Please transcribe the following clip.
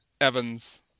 Evans